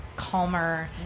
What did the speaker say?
calmer